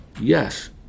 Yes